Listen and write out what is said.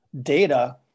data